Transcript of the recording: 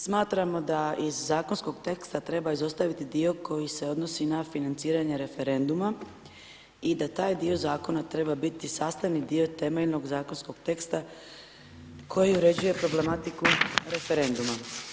Smatramo da iz zakonskog teksta treba izostaviti dio koji se odnosi na financiranje referenduma i da taj dio zakona treba biti sastavni dio temeljnog zakonskog teksta koji uređuje problematiku referenduma.